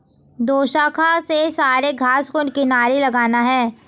दोशाखा से सारे घास को किनारे लगाना है